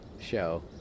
show